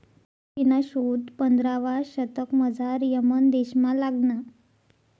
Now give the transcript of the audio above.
कॉफीना शोध पंधरावा शतकमझाऱ यमन देशमा लागना